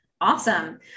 Awesome